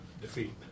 defeat